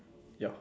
ya